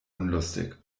unlustig